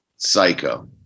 psycho